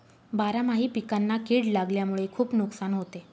बारामाही पिकांना कीड लागल्यामुळे खुप नुकसान होते